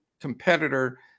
competitor